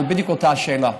בדיוק על אותה שאלה: